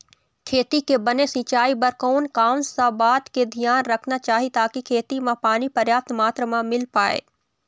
खेती के बने सिचाई बर कोन कौन सा बात के धियान रखना चाही ताकि खेती मा पानी पर्याप्त मात्रा मा मिल पाए?